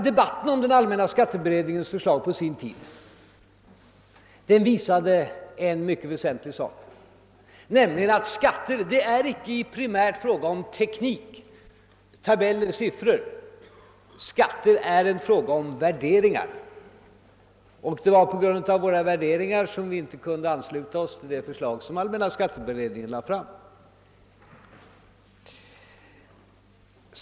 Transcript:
Debatten om allmänna skatteberedningens förslag visade något mycket väsentligt, nämligen att skatterna icke primärt är en fråga om teknik eller tabeller och siffror utan är något som har att göra med värderingar. Det var också på grund av våra värderingar som vi inte kunde ansluta oss till det förslag som allmänna skatteberedningen lade fram.